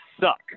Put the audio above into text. suck